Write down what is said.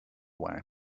way